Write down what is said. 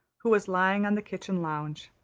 who was lying on the kitchen lounge.